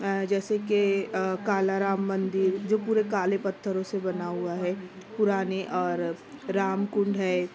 جیسے کہ کالا رام مندر جو پورے کالے پتھروں سے بنا ہوا ہے پرانے اور رام کنڈ ہے